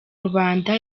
rubanda